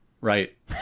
right